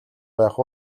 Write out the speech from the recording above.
байх